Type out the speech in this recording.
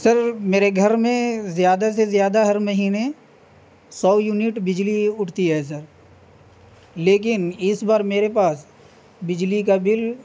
سر میرے گھر میں زیادہ سے زیادہ ہر مہینے سو یونٹ بجلی اٹھتی ہے سر لیکن اس بار میرے پاس بجلی کا بل